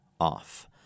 off